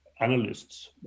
analysts